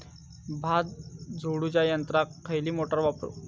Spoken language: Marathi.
भात झोडूच्या यंत्राक खयली मोटार वापरू?